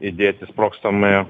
įdėti sprogstami